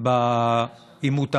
בעימות האחרון,